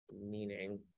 meaning